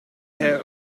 hij